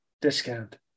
discount